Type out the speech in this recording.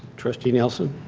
trustee nielsen?